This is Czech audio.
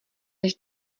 než